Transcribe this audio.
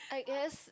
I guess